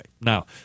Now